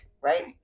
right